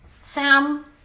Sam